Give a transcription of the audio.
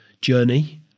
journey